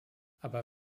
aber